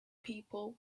people